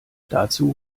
dazu